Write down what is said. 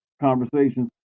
conversations